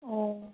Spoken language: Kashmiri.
اَوا